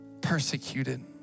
persecuted